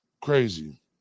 crazy